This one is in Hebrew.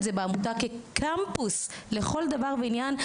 כקמפוס לכל דבר ועניין,